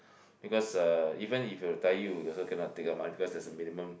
because uh even if you retire you also cannot take the money because there's a minimum